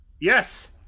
Yes